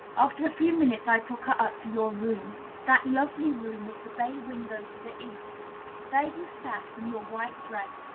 after a few minutes i took her up to your room that lovely room with the bay window to the east there you sat, in your white dress,